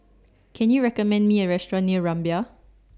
Can YOU recommend Me A Restaurant near Rumbia